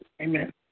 Amen